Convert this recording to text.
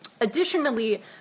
Additionally